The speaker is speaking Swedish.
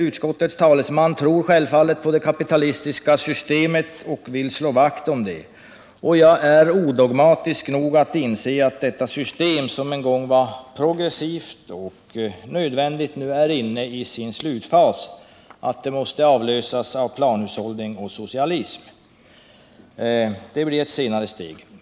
Utskottets talesman tror självfallet på det kapitalistiska systemet och vill slå vakt om det. Jag är odogmatisk nog att inse att detta system, som en gång var progressivt och nödvändigt, nu är inne i sin slutfas och måste avlösas av planhushållning och socialism. Det blir ett senare steg.